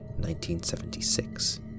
1976